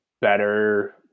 better